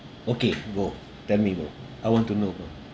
okay bro tell me bro I want to know bro